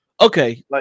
Okay